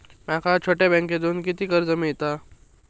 माका छोट्या बँकेतून किती कर्ज मिळात?